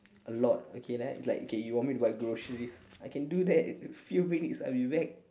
a lot okay like like okay you want me to buy groceries I can do that a few minutes I will be back